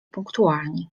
punktualni